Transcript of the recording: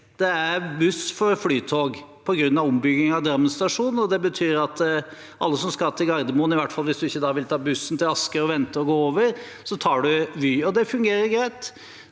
Det er buss for flytog på grunn av ombyggingen av Drammen stasjon. Det betyr at alle som skal til Gardermoen, i hvert fall hvis en ikke vil ta bussen til Asker og vente og gå over, tar Vy. Det fungerer greit.